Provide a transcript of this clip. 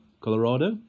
Colorado